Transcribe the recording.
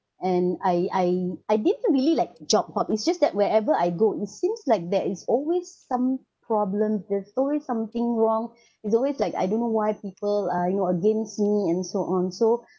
and I I I didn't really like to job hop it's just that wherever I go it seems like there is always some problem there's always something wrong it's always like I don't know why people are you know against me and so on so